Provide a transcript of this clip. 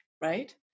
right